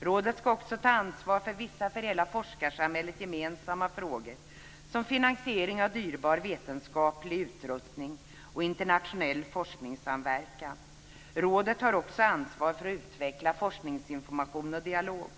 Rådet ska ta ansvar för vissa för hela forskarsamhället gemensamma frågor som finansiering av dyrbar vetenskaplig utrustning och internationell forskningssamverkan. Rådet har också ansvar för att utveckla forskningsinformation och dialog.